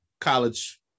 college